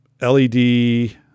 LED